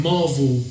Marvel